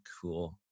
cool